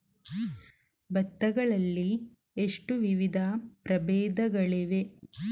ಭತ್ತ ಗಳಲ್ಲಿ ಎಷ್ಟು ವಿಧದ ಪ್ರಬೇಧಗಳಿವೆ?